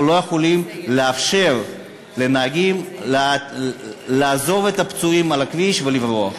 אנחנו לא יכולים לאפשר לנהגים לעזוב את הפצועים על הכביש ולברוח.